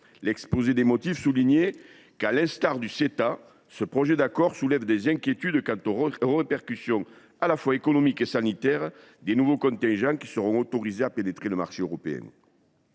économique et commercial global (Ceta), ce projet d’accord soulève des inquiétudes quant aux répercussions à la fois économiques et sanitaires des nouveaux contingents qui seront autorisés à pénétrer le marché européen.